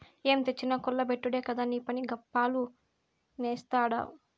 ఏం తెచ్చినా కుల్ల బెట్టుడే కదా నీపని, గప్పాలు నేస్తాడావ్